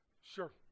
Sure